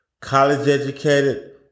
College-educated